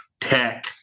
tech